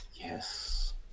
yes